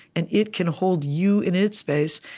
and it can hold you in its space,